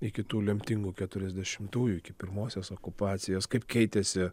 iki tų lemtingų keturiasdešimtųjų iki pirmosios okupacijos kaip keitėsi